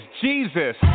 Jesus